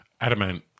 Adamant